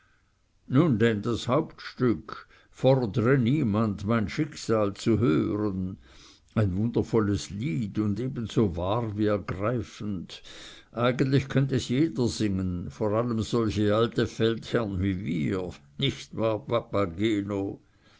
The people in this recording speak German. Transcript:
nun denn das hauptstück fordre niemand mein schicksal zu hören ein wundervolles lied und ebenso wahr wie ergreifend eigentlich könnt es jeder singen vor allem solche alte feldherrn wie wir nicht wahr